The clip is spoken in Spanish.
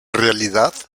realidad